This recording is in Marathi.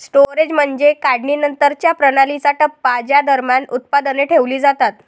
स्टोरेज म्हणजे काढणीनंतरच्या प्रणालीचा टप्पा ज्या दरम्यान उत्पादने ठेवली जातात